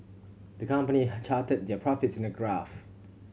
the company charted their profits in a graph